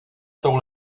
jsou